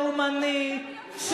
לאומנית,